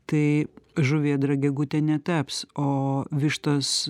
tai žuvėdra gegute netaps o vištos